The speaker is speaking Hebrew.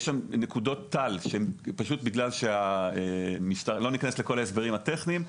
יש שם נקודות טל, לא ניכנס לכל ההסברים הטכניים.